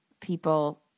People